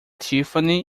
tiffany